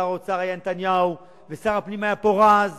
שר האוצר היה נתניהו ושר הפנים היה פורז,